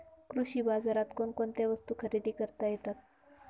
कृषी बाजारात कोणकोणत्या वस्तू खरेदी करता येतात